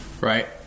right